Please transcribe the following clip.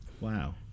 wow